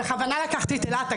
בכוונה לקחתי את אילת,